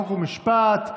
חוק ומשפט,